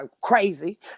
crazy